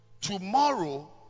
Tomorrow